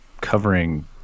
covering